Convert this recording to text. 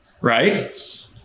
right